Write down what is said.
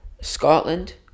Scotland